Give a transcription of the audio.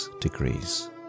degrees